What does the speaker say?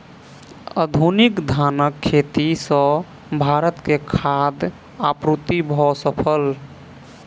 आधुनिक धानक खेती सॅ भारत के खाद्य आपूर्ति भ सकल